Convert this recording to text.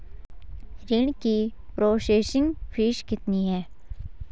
ऋण की processing fee कितनी है?